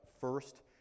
first